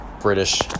British